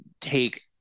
take